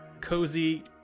cozy